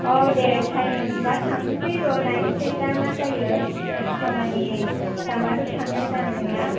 औ दे टाइम मोनबा थांसै र' नायनिसै दा मा जायो खामानि जाबाथ' थांनाय जानाय नंला